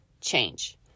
change